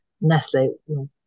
Nestle